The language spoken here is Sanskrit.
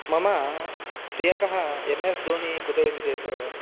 मम प्रियकः एम् एस् धोनि कुतः इति चेत्